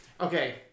okay